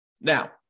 Now